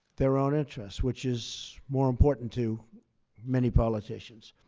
their own interests, which is more important to many politicians.